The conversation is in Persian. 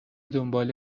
دنبال